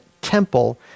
temple